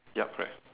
yup correct